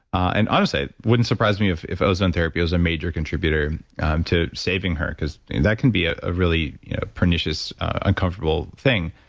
and honestly, it would surprise me if if ozone therapy was a major contributor to saving her, because that can be ah a really pernicious, uncomfortable thing.